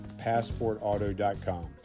PassportAuto.com